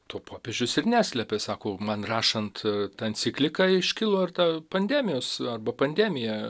to popiežius ir neslėpė sako man rašant encikliką iškilo ir ta pandemijos arba pandemija